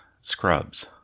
Scrubs